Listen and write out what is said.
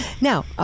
Now